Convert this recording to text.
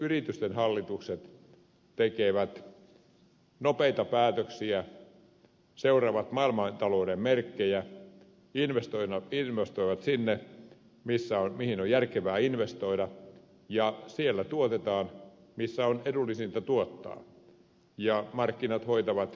yritysten hallitukset tekevät nopeita päätöksiä seuraavat maailmantalouden merkkejä investoivat sinne mihin on järkevää investoida ja siellä tuotetaan missä on edullisinta tuottaa ja markkinat hoitavat asian